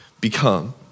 become